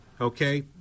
Okay